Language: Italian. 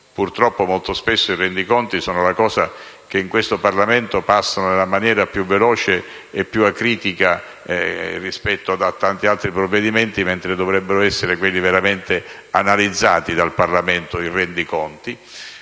purtroppo, molto spesso i rendiconti sono la cosa che in questo Parlamento passano nella maniera più veloce e più acritica, rispetto a tanti altri provvedimenti, mentre dovrebbero essere veramente analizzati dal Parlamento. Detto